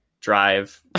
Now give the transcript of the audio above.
drive